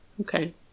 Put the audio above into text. Okay